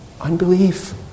Unbelief